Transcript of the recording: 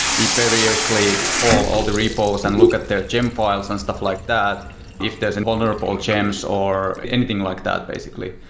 we periodically poll all the repos and look at their gem files and stuff like if there's and vulnerable gems or anything like that basically.